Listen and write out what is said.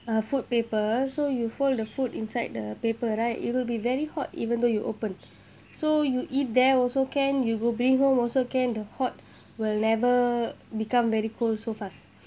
a food paper so you fold the food inside the paper right it'll be very hot even though you open so you eat there also can you go bring home also can the hot will never become very cold so fast